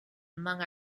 among